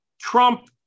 Trump